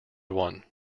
one